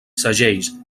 segells